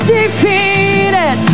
defeated